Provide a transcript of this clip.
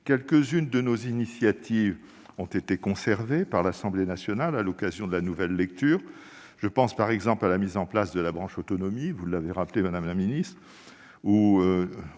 Quelques-unes de nos initiatives ont été conservées par l'Assemblée nationale à l'occasion de la nouvelle lecture. Je pense, par exemple, à la mise en place de la branche autonomie, comme Mme la ministre l'a